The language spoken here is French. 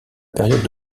période